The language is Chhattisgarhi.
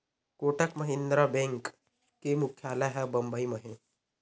कोटक महिंद्रा बेंक के मुख्यालय ह बंबई म हे